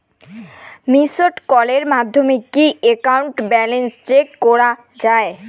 Missed কলের মাধ্যমে কি একাউন্ট ব্যালেন্স চেক করা যায়?